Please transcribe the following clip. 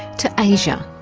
to asia,